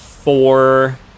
four